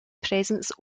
presence